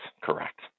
correct